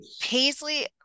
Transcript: Paisley